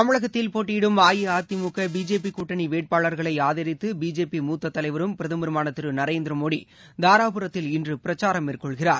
தமிழகத்தில் போட்டயிடும் அஇஅதிமுக பிஜேபிகூட்டணிவேட்பாளர்களைஆதரித்துபிஜேபிமூத்தத் தலைவரும் பிரதமருமானதிருநரேந்திரமோடிதாராபுரத்தில் இன்றுபிரச்சாரம் மேற்கொள்கிறார்